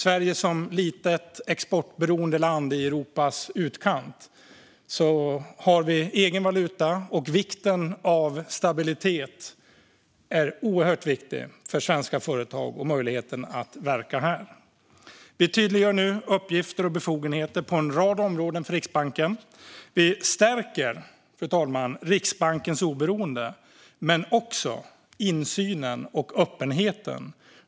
Sverige är ett litet och exportberoende land i Europas utkant som har en egen valuta. Och stabilitet är oerhört betydelsefullt för svenska företag och deras möjlighet att verka här. Vi tydliggör nu uppgifter och befogenheter på en rad områden för Riksbanken. Vi stärker Riksbankens oberoende men också insynen och öppenheten.